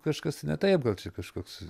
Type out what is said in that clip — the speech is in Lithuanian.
kažkas ne taip gal kažkoks